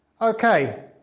Okay